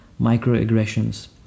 microaggressions